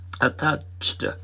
attached